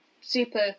super